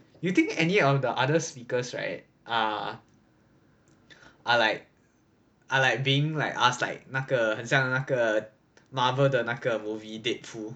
you think any of the other speakers right are are like are like being like ask like 那个很像那个 Marvel 的那个 movie deadpool